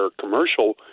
commercial